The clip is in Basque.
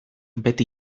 beti